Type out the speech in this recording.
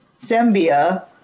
Zambia